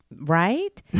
Right